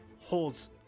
holds